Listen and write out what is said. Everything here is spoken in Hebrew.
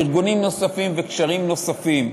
ארגונים נוספים וקשרים נוספים.